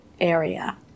area